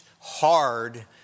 hard